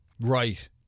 Right